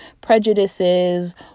prejudices